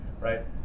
right